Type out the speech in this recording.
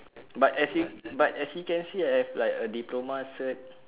but as you but as you can see ah I have like a diploma cert